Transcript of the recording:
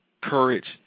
courage